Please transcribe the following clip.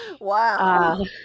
Wow